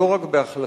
לא רק בהחלטות,